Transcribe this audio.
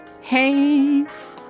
haste